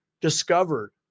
discovered